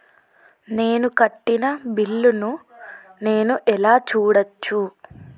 నేను కట్టిన బిల్లు ను నేను ఎలా చూడచ్చు?